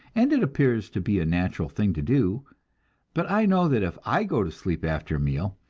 and it appears to be a natural thing to do but i know that if i go to sleep after a meal,